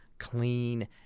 clean